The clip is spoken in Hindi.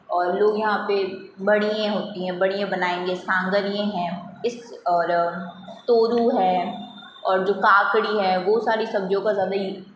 और लोग यहाँ पे बड़ियें होती हैं बड़ियें बनायेंगे सांगरिये है इस और तोरू है और जो काकड़ी है वो सारी सब्जियों का ज़्यादा ही